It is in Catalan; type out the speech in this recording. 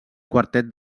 quartet